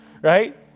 right